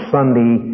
Sunday